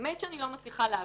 באמת שאני לא מצליחה להבין,